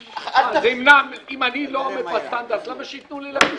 אם אני לא עומד בסטנדרט, למה שייתנו לי להקים?